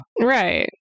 right